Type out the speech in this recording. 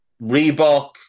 Reebok